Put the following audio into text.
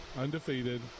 undefeated